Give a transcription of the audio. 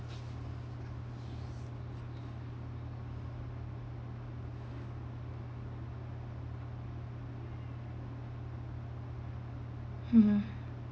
mm